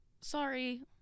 sorry